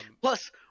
Plus